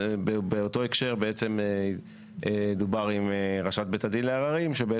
ובאותו הקשר דובר עם ראשת בית הדין לעררים, שגם